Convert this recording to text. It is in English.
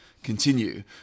Continue